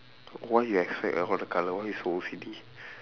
why you expect all the colour why you so O_C_D